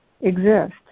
exist